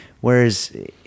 Whereas